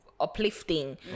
uplifting